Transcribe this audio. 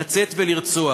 לצאת ולרצוח,